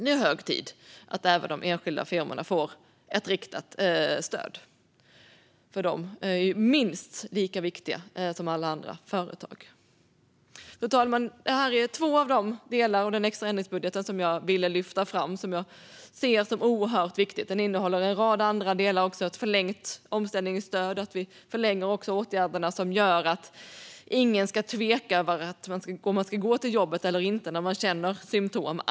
Det är hög tid att även de enskilda firmorna får ett riktat stöd, för de är minst lika viktiga som alla andra företag. Fru talman! Det här var två av de delar av den extra ändringsbudgeten som jag ville lyfta fram och som jag ser som oerhört viktiga. Den innehåller en rad andra delar också, till exempel ett förlängt omställningsstöd och en förlängning av åtgärderna för att ingen ska tveka över om man ska gå till jobbet eller inte om man känner symtom.